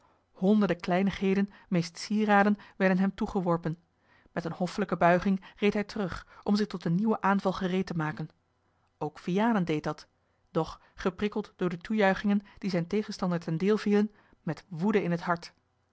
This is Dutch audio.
honderden kleinigheden meest sieraden werden hem toegeworpen met een hoffelijke buiging reed hij terug om zich tot een nieuwen aanval gereed te maken ook vianen deed dat doch geprikkeld door de toejuchingen die zijn tegenstander ten deel vielen met woede in het hart